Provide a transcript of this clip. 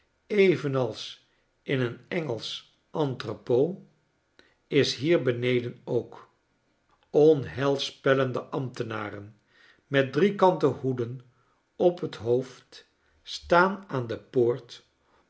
entrepot is hier beneden ook onheilspellende ambtenaren met driekanten hoeden op het hoofd staan aan de poort